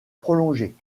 prolongée